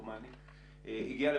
יותר מדויקת וחלקם קצת פחות, את המצב של